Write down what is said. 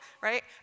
right